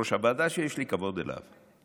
יושב-ראש הוועדה, שיש לי כבוד אליו.